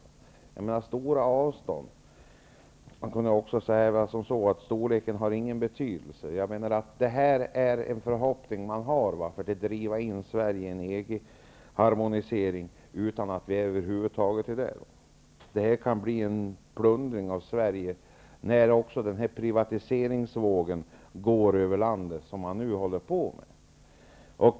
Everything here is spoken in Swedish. När det gäller stora avstånd kan man också säga att storleken har ingen betydelse. Detta är en förhoppning man har för att driva in Sverige i en EG-harmonisering, utan att vi över huvud taget är där ännu. Detta kan bli en plundring av Sverige, samtidigt som den här privatiseringsvågen också går över landet.